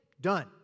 Done